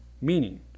Meaning